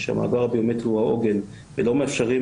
כשהמאגר הביומטרי הוא העוגן ולא מאפשרים